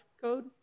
code